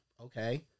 okay